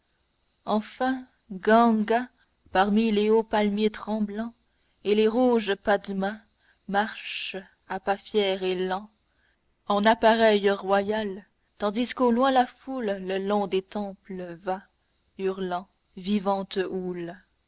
enfin ganga parmi les hauts palmiers tremblants et les rouges padmas marche à pas fiers et lents en appareil royal tandis qu'au loin la foule le long des temples va hurlant vivante houle